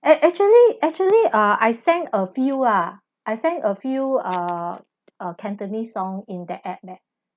ac~ actually actually uh I sang a few ah I sang a few uh uh cantonese song in the app there